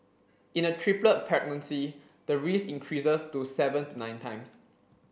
in a triplet pregnancy the risk increases to seven to nine times